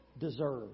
deserve